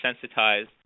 sensitized